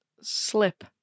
slip